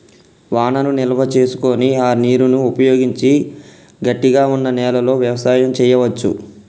వానను నిల్వ చేసుకొని ఆ నీరును ఉపయోగించి గట్టిగ వున్నా నెలలో వ్యవసాయం చెయ్యవచు